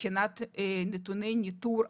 מבחינת נתוני ניטור,